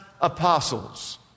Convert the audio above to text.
apostles